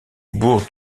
bourg